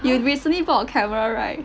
you recently bought a camera right